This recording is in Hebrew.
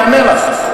אני אענה לך.